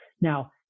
Now